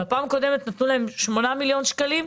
ובפעם הקודמת כמדומני נתנו להם שמונה מיליון שקלים,